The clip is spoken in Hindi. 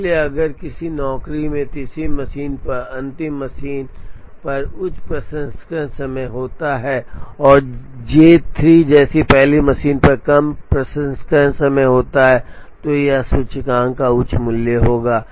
इसलिए अगर किसी नौकरी में तीसरी मशीन पर या अंतिम मशीन पर उच्च प्रसंस्करण समय होता है और जे 3 जैसी पहली मशीन पर कम प्रसंस्करण समय होता है तो यह सूचकांक का उच्च मूल्य होगा